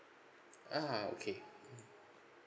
oh okay